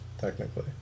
technically